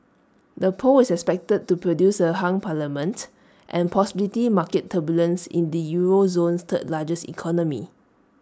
the poll is expected to produce A hung parliament and possibly market turbulence in the euro zone's third largest economy